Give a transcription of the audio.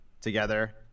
together